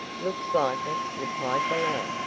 looks like it, replied the lad,